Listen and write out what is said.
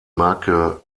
marke